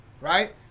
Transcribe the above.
right